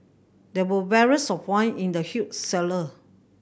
there were barrels of wine in the huge cellar